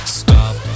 stop